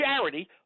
charity